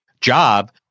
job